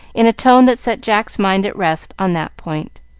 in a tone that set jack's mind at rest on that point.